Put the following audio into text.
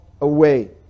away